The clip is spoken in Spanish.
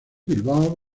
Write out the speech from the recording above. bilbao